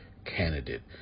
Candidate